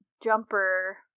jumper